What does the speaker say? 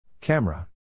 Camera